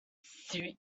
suit